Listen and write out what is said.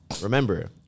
remember